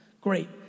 Great